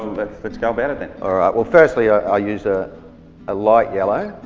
lets lets go about it then. alright well firstly i use a light yellow,